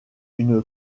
une